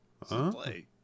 Play